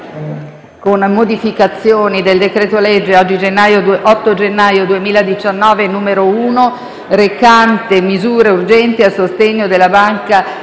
con modificazioni, del decreto-legge 8 gennaio 2019, n. 1, recante misure urgenti a sostegno della Banca